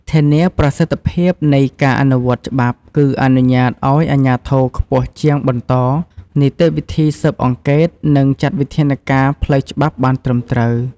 ធានាប្រសិទ្ធភាពនៃការអនុវត្តច្បាប់គឺ អនុញ្ញាតឱ្យអាជ្ញាធរខ្ពស់ជាងបន្តនីតិវិធីស៊ើបអង្កេត និងចាត់វិធានការផ្លូវច្បាប់បានត្រឹមត្រូវ។